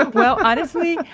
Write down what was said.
ah well honestly,